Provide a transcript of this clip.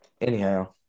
Anyhow